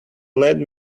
led